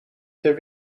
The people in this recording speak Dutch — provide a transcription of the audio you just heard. ter